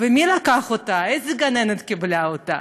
ומי לקח אותה, איזו גננת קיבלה אותה?